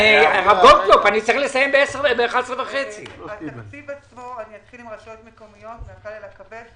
אתחיל ברשויות הקלויות ואלך מהקל אל הכבד.